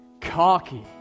Cocky